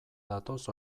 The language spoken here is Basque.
datoz